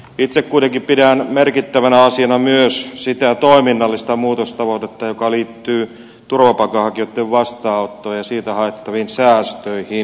itse kuitenkin pidän merkittävänä asiana myös sitä toiminnallista muutostavoitetta joka liittyy turvapaikanhakijoitten vastaanottoon ja siitä haettaviin säästöihin